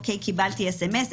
קיבלתי סמ"ס",